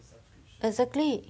exactly